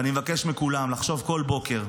ואני מבקש מכולם לחשוב כל בוקר: